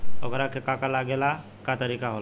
ओकरा के का का लागे ला का तरीका होला?